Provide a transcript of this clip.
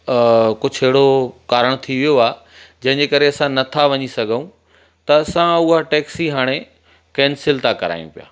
कुझु अहिड़ो कारण थी वियो आहे जंहिंजे करे असां नथा वञी सघूं त असां हूअ टेक्सी हाणे केंसिल था करायूं पिया